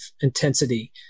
intensity